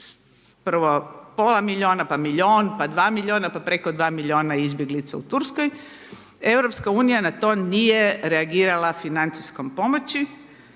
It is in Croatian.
prvo pola miliona, pa milion, pa dva miliona, pa preko dva miliona izbjeglica u Turskoj, Europska na to nije reagirala financijskom pomoći